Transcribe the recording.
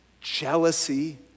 jealousy